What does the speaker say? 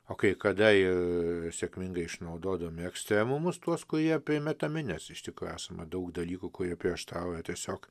o kai kada ir sėkmingai išnaudodami ekstremumus tuos kurie primetami nes iš tikro esama daug dalykų kurie prieštarauja tiesiog